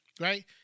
right